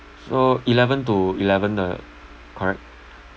so eleven to eleven ah correct